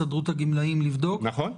הסתדרות הגמלאים לבדוק, -- נכון.